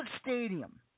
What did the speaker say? stadium